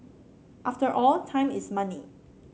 after all time is money